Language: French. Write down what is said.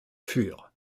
fur